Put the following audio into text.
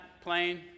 plane